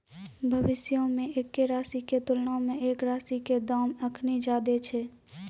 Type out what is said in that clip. भविष्यो मे एक्के राशि के तुलना मे एक राशि के दाम अखनि ज्यादे छै